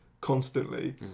constantly